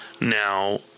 Now